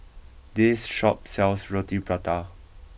this shop sells Roti Prata